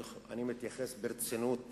אני מתייחס ברצינות